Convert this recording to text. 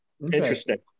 Interesting